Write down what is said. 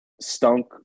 stunk